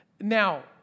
Now